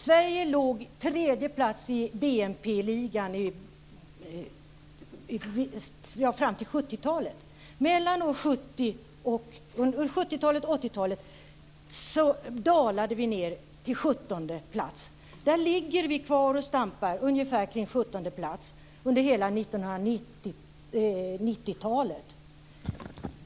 Sverige låg på tredje plats i BNP-ligan fram till 70-talet. Under 70 och 80-talen dalade vi ned till 17:e plats. Där ligger vi kvar och stampar, ungefär kring 17:e plats, under hela 90-talet.